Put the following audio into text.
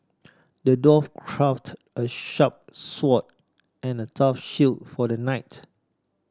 the dwarf crafted a sharp sword and a tough shield for the knight